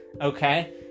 Okay